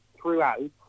throughout